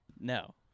No